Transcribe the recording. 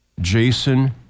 Jason